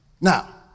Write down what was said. Now